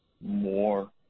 more